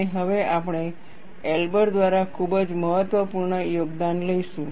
અને હવે આપણે એલ્બર દ્વારા ખૂબ જ મહત્વપૂર્ણ યોગદાન લઈશું